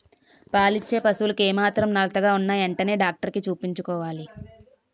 పాలిచ్చే పశువులకు ఏమాత్రం నలతగా ఉన్నా ఎంటనే డాక్టరికి చూపించుకోవాలి